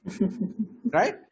right